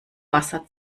wasser